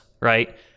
right